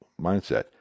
mindset